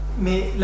Mais